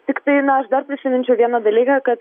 tiktai na aš dar prisiminčiau vieną dalyką kad